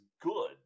good